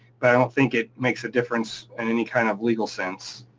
but i don't think it makes a difference in any kind of legal sense,